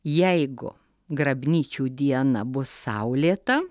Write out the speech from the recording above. jeigu grabnyčių diena bus saulėta